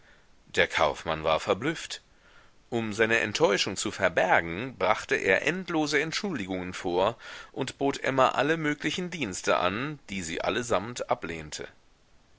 der kaufmann war verblüfft um seine enttäuschung zu verbergen brachte er endlose entschuldigungen vor und bot emma alle möglichen dienste an die sie allesamt ablehnte